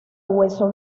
hueso